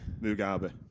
Mugabe